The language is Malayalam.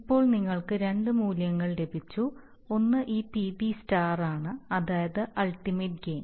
ഇപ്പോൾ നിങ്ങൾക്ക് രണ്ട് മൂല്യങ്ങൾ ലഭിച്ചു ഒന്ന് ഈ പിബി ആണ് അതായത് അൽറ്റമറ്റ് ഗെയിൻ